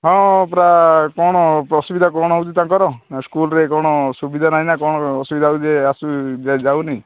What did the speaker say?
ହଁ ପରା କ'ଣ ଅସୁବିଧା କ'ଣ ହେଉଛି ତାଙ୍କର ନା ସ୍କୁଲ୍ରେ କ'ଣ ସୁବିଧା ନାହିଁ ନା କ'ଣ ଅସୁବିଧା ହେଉଛି ଯେ ଆସୁ ଯେ ଯାଉନି